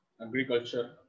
agriculture